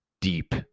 Deep